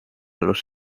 los